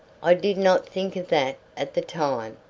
i did not think of that at the time,